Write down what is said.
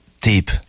deep